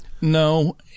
No